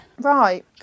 Right